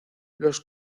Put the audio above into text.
los